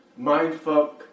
mindfuck